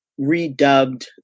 redubbed